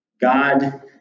God